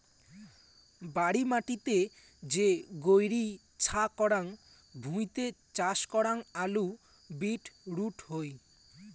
বাড়ি মাটিতে যে গৈরী ছা করাং ভুঁইতে চাষ করাং আলু, বিট রুট হই